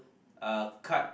uh cut